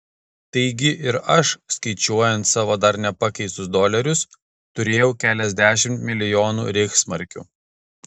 taigi ir aš skaičiuojant savo dar nepakeistus dolerius turėjau keliasdešimt milijonų reichsmarkių